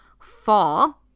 fall